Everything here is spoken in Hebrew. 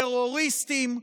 טרוריסטים,